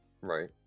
Right